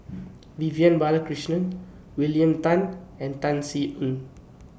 Vivian Balakrishnan William Tan and Tan Sin Aun